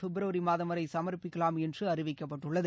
பிப்ரவரி மாதம் வரை சமர்ப்பிக்கலாம் என்று அறிவிக்கப்பட்டுள்ளது